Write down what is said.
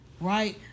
right